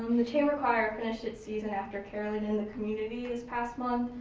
the chamber choir finished its season after caroling in the community this passed month,